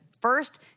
first